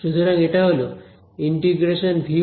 সুতরাং এটা হল ϕ1δr r′dV